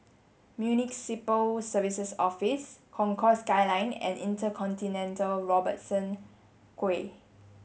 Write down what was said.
Municipal Services Office Concourse Skyline and InterContinental Robertson Quay